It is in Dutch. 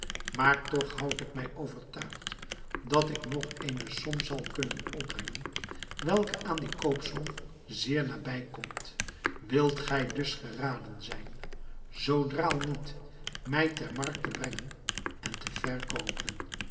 maar toch houd ik mij overtuigd dat ik nog eene som zal kunnen opbrengen welke aan die koopsom zeer nabijkomt wilt gij dus geraden zijn zoo draal niet mij ter markt te brengen en te verkoopen